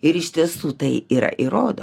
ir iš tiesų tai yra įrodo